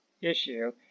issue